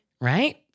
Right